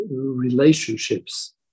relationships